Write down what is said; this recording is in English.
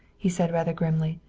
he said rather grimly.